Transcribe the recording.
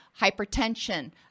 hypertension